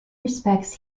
respects